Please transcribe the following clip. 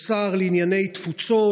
או שר לענייני תפוצות,